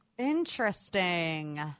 Interesting